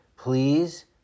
Please